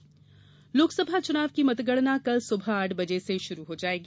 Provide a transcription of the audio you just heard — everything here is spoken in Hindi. मतगणना तैयारी लोकसभा चुनाव की मतगणना कल सुबह आठ बजे से शुरू हो जायेगी